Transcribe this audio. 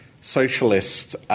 socialist